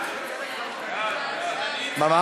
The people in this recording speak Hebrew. אני הצבעתי בעד, מה?